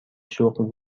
شغل